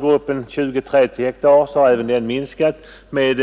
Gruppen 20—30 hektar har minskat med